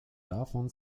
davon